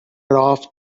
off